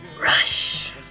Rush